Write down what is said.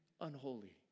unholy